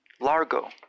Largo